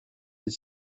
les